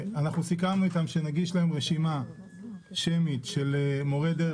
אנחנו סיכמנו איתם שנגיש להם רשימה שמית של מורי דרך